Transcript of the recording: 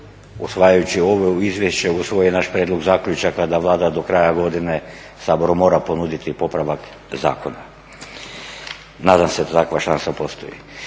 usvajajući ovo izvješće usvoji naš prijedlog zaključaka da Vlada do kraja godine Saboru mora ponuditi popravak zakona. Nadam se da takva šansa postoji.